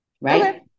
Right